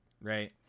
right